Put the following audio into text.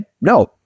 no